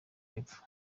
y’epfo